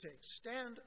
Stand